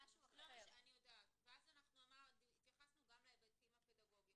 ואז התייחסנו גם להיבטים הפדגוגיים.